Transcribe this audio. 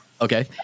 okay